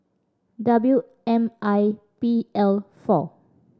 W M I P L four